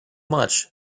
much